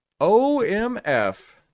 OMF